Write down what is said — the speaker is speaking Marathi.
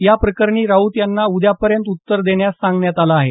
या प्रकरणी राऊत यांना उद्यापर्यंत उत्तर देण्यास सांगण्यात आलं आहे